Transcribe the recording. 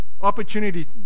opportunity